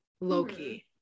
low-key